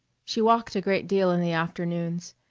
she walked a great deal in the afternoons,